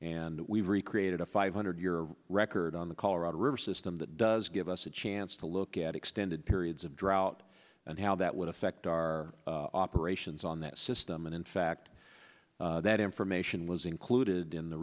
and we've recreated a five hundred year record on the colorado river system that does give us a chance to look at extended periods of drought and how that would affect our operations on that system and in fact that information was included in the